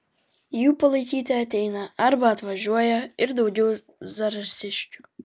jų palaikyti ateina arba atvažiuoja ir daugiau zarasiškių